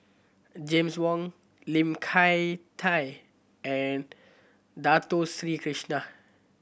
James Wong Lim Hak Tai and Dato Sri Krishna